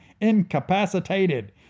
incapacitated